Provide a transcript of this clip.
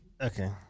Okay